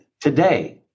today